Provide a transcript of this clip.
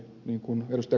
niin kuin ed